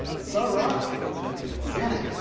so roc? you been at?